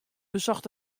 besocht